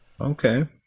Okay